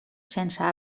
sense